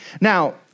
Now